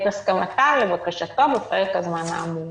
את הסכמתן לבקשתו בפרק הזמן האמור".